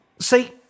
See